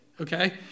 okay